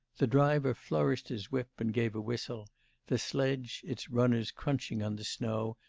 the driver flourished his whip, and gave a whistle the sledge, its runners crunching on the snow,